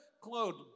clothed